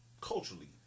culturally